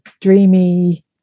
dreamy